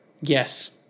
Yes